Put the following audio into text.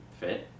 Fit